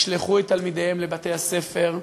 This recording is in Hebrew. ישלחו את תלמידיהם לבתי-הספר,